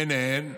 וביניהן,